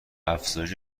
افزایش